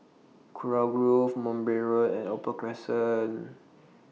Kurau Grove Mowbray Road and Opal Crescent